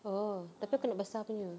oh tapi aku nak besar punya